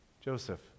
Joseph